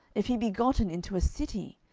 if he be gotten into a city,